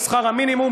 על שכר המינימום,